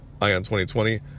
Ion2020